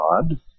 God